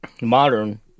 modern